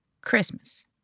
Christmas